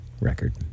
record